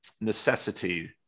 necessity